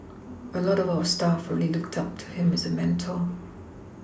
a lot of our staff really looked up to him as a Mentor